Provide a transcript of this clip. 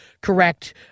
correct